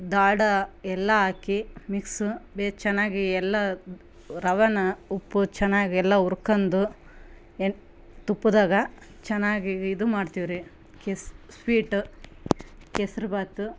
ದ್ದಾಡ ಎಲ್ಲ ಹಾಕಿ ಮಿಕ್ಸ ಬೆ ಚೆನ್ನಾಗಿ ಎಲ್ಲ ರವೆನ ಉಪ್ಪು ಚೆನ್ನಾಗಿ ಎಲ್ಲ ಉರ್ಕಂದು ಎನ್ ತುಪ್ಪದಾಗ ಚೆನ್ನಾಗಿ ಇದು ಮಾಡ್ತೀವ್ರಿ ಕಿಸ್ ಸ್ವೀಟ ಕೇಸ್ರಿ ಭಾತು